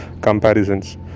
comparisons